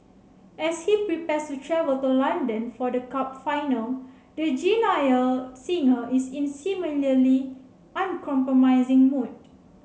as he prepares to travel to London for the cup final the genial singer is in similarly uncompromising mood